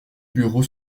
bureau